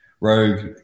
Rogue